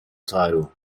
title